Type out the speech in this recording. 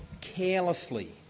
carelessly